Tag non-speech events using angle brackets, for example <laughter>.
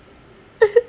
<laughs>